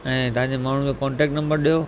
ऐं तव्हांजे माण्हू जो कॉन्टेक्ट नम्बर ॾिओ